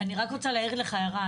-- אני רק רוצה להעיר לך הערה,